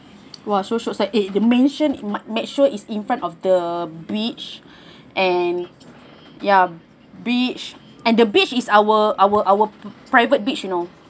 !wah! so shiok eh a mansion in make sure is in front of the beach and ya beach and the beach is our our our private beach you know